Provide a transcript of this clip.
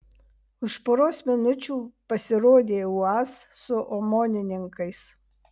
už poros minučių pasirodė uaz su omonininkais